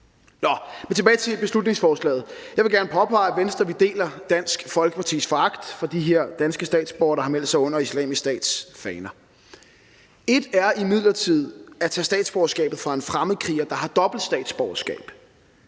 tilbage til beslutningsforslaget. Jeg vil gerne påpege, at vi i Venstre deler Dansk Folkepartis foragt for de her danske statsborgere, der har meldt sig under Islamisk Stats faner. Et er imidlertid at tage statsborgerskabet fra en fremmedkriger, der har dobbelt statsborgerskab